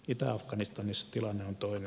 itä afganistanissa tilanne on toinen